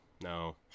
no